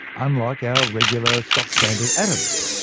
unlike our regular stock-standard atoms.